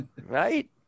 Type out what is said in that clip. Right